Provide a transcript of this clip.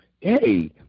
Hey